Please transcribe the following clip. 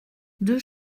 deux